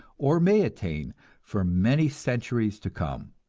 or may attain for many centuries to come.